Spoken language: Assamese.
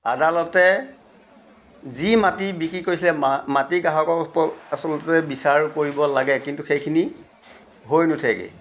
আদালতে যি মাটি বিক্ৰী কৰিছিলে মাটি গ্ৰাহকৰ ওপৰত আচলতে বিচাৰ কৰিব লাগে কিন্তু সেইখিনি হৈ নুঠেগৈ